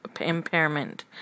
impairment